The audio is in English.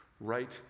Right